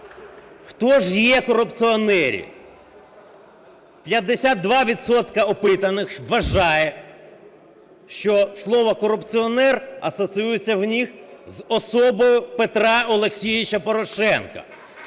Хто ж є корупціонери? 52 відсотки опитаних вважають, що слово корупціонер асоціюється у них з особою Петра Олексійовича Порошенка,